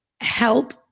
help